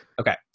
Okay